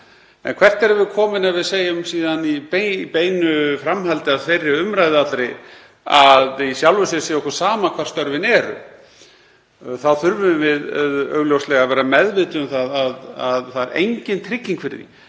En hvert erum við komin ef við segjum síðan í beinu framhaldi af þeirri umræðu allri að í sjálfu sér sé okkur sama hvar störfin eru? Þá þurfum við augljóslega að vera meðvituð um að það er engin trygging fyrir því.